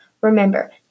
Remember